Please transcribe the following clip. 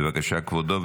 בבקשה, כבודו.